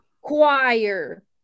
choir